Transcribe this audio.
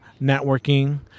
networking